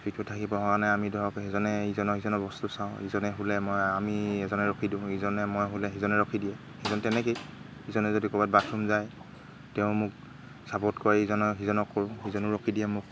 ভিৰতো থাকিব সঘনে আমি ধৰক সিজনে ইজনৰ সিজনৰ বস্তু চাওঁ ইজনে শুলে মই আমি এজনে ৰখি দিওঁ ইজনে মই শুলে সিজনে ৰখি দিয়ে সিজন তেনেকৈয়ে ইজনে যদি ক'ৰবাত বাথৰুম যায় তেওঁ মোক ছাপৰ্ট কৰে ইজনে সিজনক কৰোঁ সিজনো ৰখি দিয়ে মোক